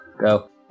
go